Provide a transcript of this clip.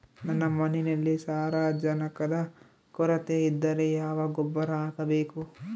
ನನ್ನ ಮಣ್ಣಿನಲ್ಲಿ ಸಾರಜನಕದ ಕೊರತೆ ಇದ್ದರೆ ಯಾವ ಗೊಬ್ಬರ ಹಾಕಬೇಕು?